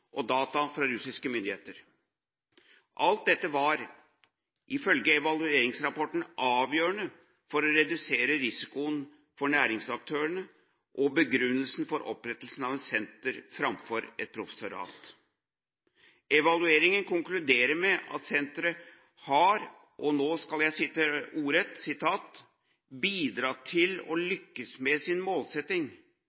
og data fra russiske myndigheter. Alt dette var ifølge evalueringsrapporten avgjørende for å redusere risikoen for næringsaktørene og begrunnelsen for opprettelsen av et senter framfor et professorat. Evalueringen konkluderer med at senteret har, og nå skal jeg sitere ordrett: bidratt til, har lyktes med sin målsetning om å